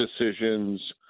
decisions